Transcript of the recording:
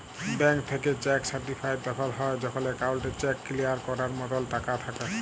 bank থ্যাইকে cheque certified তখল হ্যয় যখল একাউল্টে চ্যাক কিলিয়ার ক্যরার মতল টাকা থ্যাকে